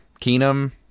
Keenum